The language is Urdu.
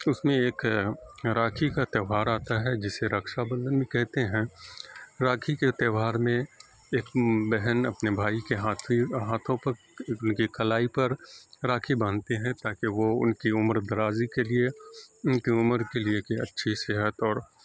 اس میں ایک راکھی کا تہوار آتا ہے جسے رکشا بندھن بھی کہتے ہیں راکھی کے تہوار میں ایک بہن اپنے بھائی کے ہاتھوں پر ان کی کلائی پر راکھی باندھتے ہیں تاکہ وہ ان کی عمر درازی کے لیے ان کی عمر کے لیے کہ اچھی صحت اور